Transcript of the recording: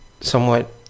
somewhat